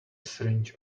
syringe